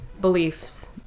beliefs